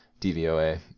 DVOA